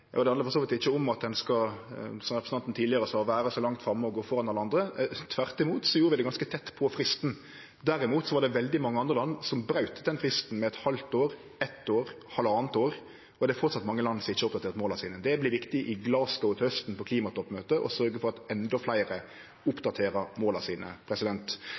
Det handlar for så vidt ikkje om at ein, som representanten sa tidlegare, skal vere så langt framme og gå føre alle andre. Tvert imot gjorde vi det ganske tett på fristen. Derimot var det veldig mange andre land som braut den fristen med eit halvt år, eitt år eller halvanna år, og det er framleis mange land som ikkje har oppdatert måla sine. Det vert viktig på klimatoppmøtet i Glasgow til hausten å sørgje for at endå fleire oppdaterer måla sine.